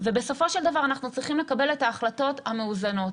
ובסופו של דבר אנחנו צריכים לקבל את ההחלטות המאוזנות.